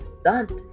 stunt